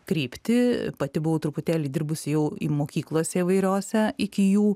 kryptį pati buvau truputėlį dirbusi jau mokyklose įvairiose iki jų